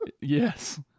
Yes